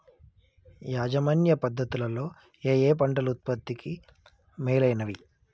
యాజమాన్య పద్ధతు లలో ఏయే పంటలు ఉత్పత్తికి మేలైనవి?